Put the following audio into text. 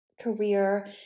career